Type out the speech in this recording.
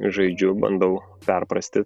žaidžiu bandau perprasti